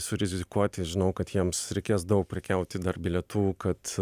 surizikuoti žinau kad jiems reikės daug prekiauti dar bilietų kad